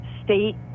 state